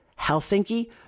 Helsinki